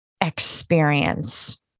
experience